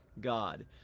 God